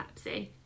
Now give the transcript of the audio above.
Pepsi